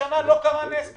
השנה לא קרה נס במירון,